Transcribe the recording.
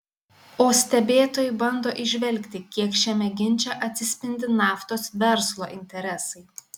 o stebėtojai bando įžvelgti kiek šiame ginče atsispindi naftos verslo interesai